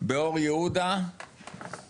באור יהודה עם,